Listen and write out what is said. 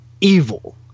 evil